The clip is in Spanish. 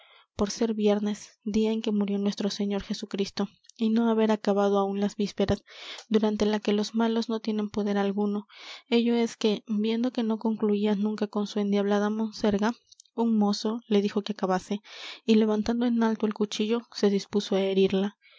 por ser viernes día en que murió nuestro señor jesucristo y no haber acabado aún las vísperas durante las que los malos no tienen poder alguno ello es que viendo que no concluía nunca con su endiablada monserga un mozo le dijo que acabase y levantando en alto el cuchillo se dispuso á herirla